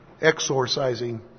exorcising